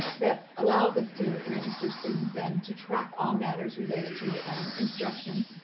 that allows us to register students and to track all matters related to instruction,